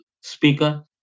speaker